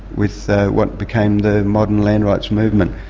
with what became the modern land rights movement.